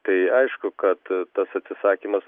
tai aišku kad tas atsisakymas